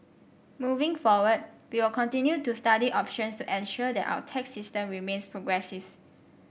moving forward we will continue to study options to ensure that our tax system remains progressive